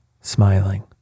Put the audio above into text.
smiling